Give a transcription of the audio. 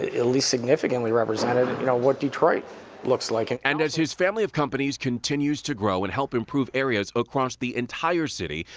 at least significantly represented you know what detroit looks like. evrod and and as his family of companies continues to grow and help improve areas across the entire city,